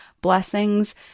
blessings